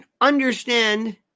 understand